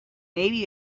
maybe